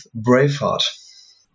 Braveheart